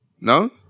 No